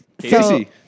Casey